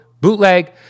BOOTLEG